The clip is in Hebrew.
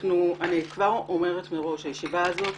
אני כבר אומרת מראש, הישיבה הזאת